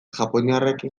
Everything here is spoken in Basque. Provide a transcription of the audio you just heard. japoniarrekin